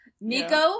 Nico